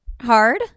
hard